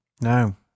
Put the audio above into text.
no